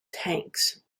tanks